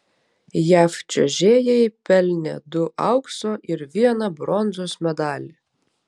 jav čiuožėjai pelnė du aukso ir vieną bronzos medalį